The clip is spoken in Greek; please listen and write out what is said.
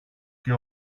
και